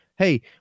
Hey